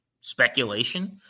speculation